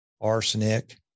arsenic